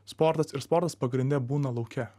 sportas ir sportas pagrinde būna lauke